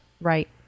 Right